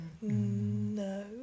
No